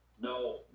No